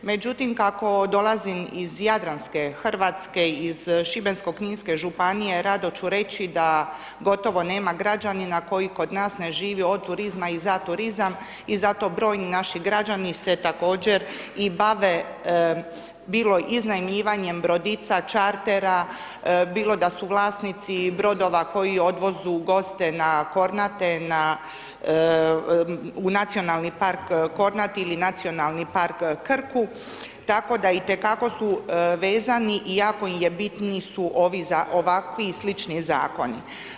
Međutim, kako dolazim iz jadranske Hrvatske, iz Šibensko-kninske županije, rado ću reći da gotovo nema građanina koji kod nas ne živi od turizma i za turizam i zato brojni naši građani se također i bave, bilo iznajmljivanjem brodica, chartera, bilo da su vlasnici brodova koji odvozu goste na Kornate, u nacionalni park Kornati ili nacionalni park Krku, tako da itekako su vezani i jako su im bitni su ovi, ovakvi i slični zakoni.